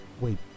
Wait